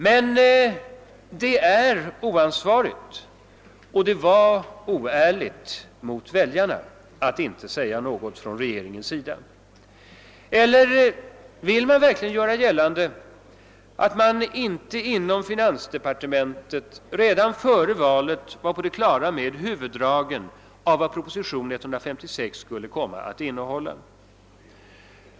Men det var oansvarigt och oärligt mot väljarna att inte säga någonting från regeringens sida. Eller vill man verkligen göra gällande att man inte inom finansdepartementet redan före valet var på det klara med huvuddragen av vad propositionen 156 skulle komma att innehålla?